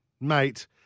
Mate